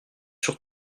sur